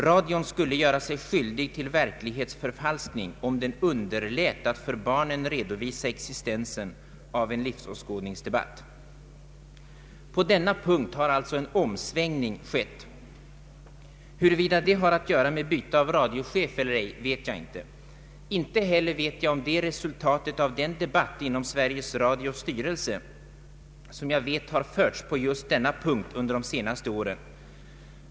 Radion skulle göra sig skyldig till verklighetsförfalskning om den underlät att för barnen redovisa existensen av en livsåskådningsdebatt. På denna punkt har alltså en omsvängning skett. Huruvida det har att göra med byte av radiochef eller ej vet jag inte. Inte heller kan jag säga om det är resultatet av den debatt inom Sveriges Radios styrelse som jag vet har förts på just denna punkt under de senaste åren.